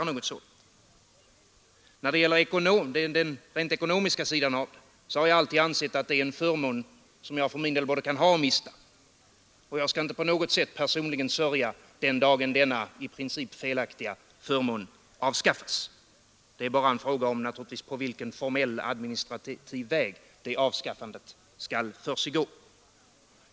När det gäller den rent ekonomiska sidan av saken har jag för min del alltid ansett att detta är en förmån som jag både kan ha och mista. Jag skall inte på något sätt personligen sörja den dagen denna i princip felaktiga förmån avskaffas. Det är bara en fråga om på vilken formell administrativ väg det avskaffandet skall försiggå.